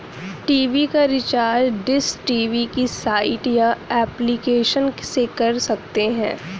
TV का recharge dish TV की site या एप्लीकेशन से कर सकते है